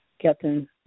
Captain